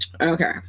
Okay